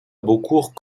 beaucourt